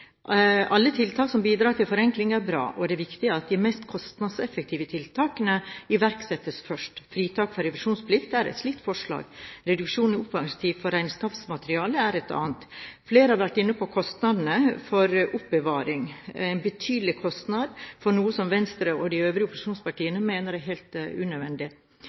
Alle tiltak som bidrar til forenkling, er bra. Det er viktig at de mest kostnadseffektive tiltakene iverksettes først. Fritak for revisjonsplikt er et slikt forslag. Reduksjon i oppbevaringstid for regnskapsmateriale er et annet. Flere har vært inne på kostnadene for oppbevaring – en betydelig kostnad for noe som Venstre og de øvrige opposisjonspartiene mener er helt unødvendig.